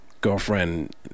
girlfriend